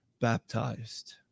baptized